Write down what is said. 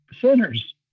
sinners